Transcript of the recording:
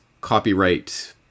copyright